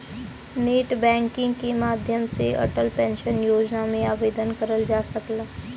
net banking के माध्यम से अटल पेंशन योजना में आवेदन करल जा सकला